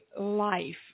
life